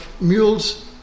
mules